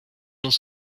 l’ont